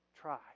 try